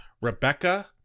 Rebecca